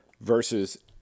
versus